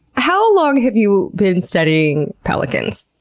how long have you been studying pelicans?